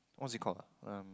what's it called um